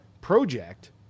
Project